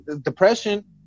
depression